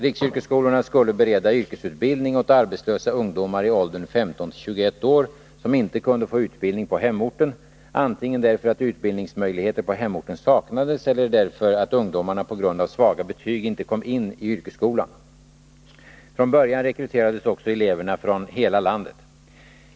Riksyrkesskolorna skulle bereda yrkesutbildning åt arbetslösa ungdomar i åldern 15-21 år som inte kunde få utbildning på hemorten, antingen därför att utbildningsmöjligheter på hemorten saknades eller därför att ungdomarna på grund av svaga betyg inte kom in i yrkesskolan. Från början rekryterades också eleverna från hela landet.